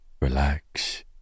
relax